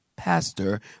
pastor